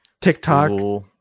TikTok